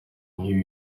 nk’ibi